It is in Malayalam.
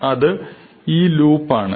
അത് ഈ ലൂപ്പ് ആണ്